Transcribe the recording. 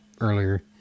earlier